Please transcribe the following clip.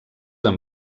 amb